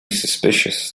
suspicious